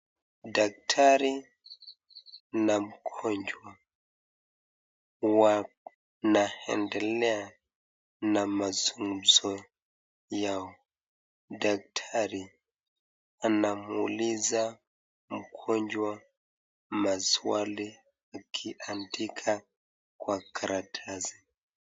Daktari na mgonjwa wanaendelea na mazungumzo yao, daktari anamuuliza mgonjwa maswali akiandika kwa karatasi.